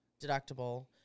deductible